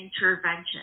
intervention